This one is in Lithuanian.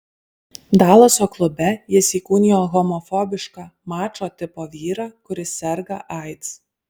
dalaso klube jis įkūnijo homofobišką mačo tipo vyrą kuris serga aids